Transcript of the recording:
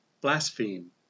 Blaspheme